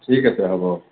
ঠিক আছে হ'ব